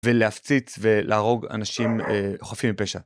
ולהפציץ ולהרוג אנשים חפים מפשע.